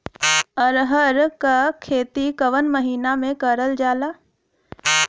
अरहर क खेती कवन महिना मे करल जाला?